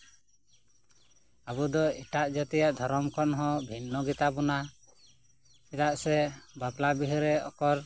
ᱟᱵᱚ ᱫᱚ ᱮᱴᱟᱜ ᱡᱟᱛᱤᱭᱟᱜ ᱫᱷᱚᱨᱚᱢ ᱠᱷᱚᱱ ᱦᱚᱸ ᱵᱷᱤᱱᱱᱚ ᱜᱮᱛᱟᱵᱚᱱᱟ ᱪᱮᱫᱟᱜ ᱥᱮ ᱵᱟᱯᱞᱟ ᱵᱤᱦᱟᱹᱨᱮ ᱚᱠᱚᱨ